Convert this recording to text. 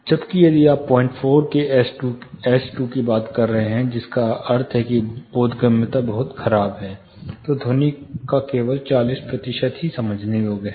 जबकि यदि आप 04 के SII की बात कर रहे हैं जिसका अर्थ है कि बोधगम्यता बहुत खराब है तो ध्वनि का केवल चालीस प्रतिशत ही समझने योग्य है